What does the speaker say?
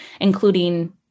including